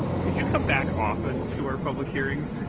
could you come back often to our public hearings?